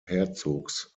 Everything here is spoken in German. herzogs